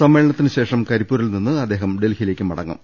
സമ്മേളനത്തിന് ശേഷം കരിപ്പൂരിൽനിന്ന് അദ്ദേഹം ഡൽഹിയിലേക്ക് മടങ്ങും